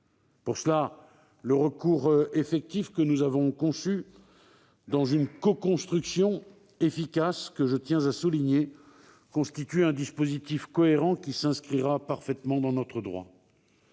En cela, le recours effectif que nous avons conçu, dans une coconstruction efficace, que je tiens à souligner, constitue un dispositif cohérent, qui s'inscrira parfaitement dans notre droit.